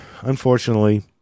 unfortunately